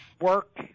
Work